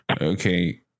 okay